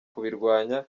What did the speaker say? kubirwanya